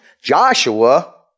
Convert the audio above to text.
Joshua